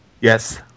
Yes